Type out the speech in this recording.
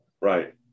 right